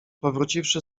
powróciwszy